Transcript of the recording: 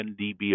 NDB